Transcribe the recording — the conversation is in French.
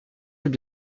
veut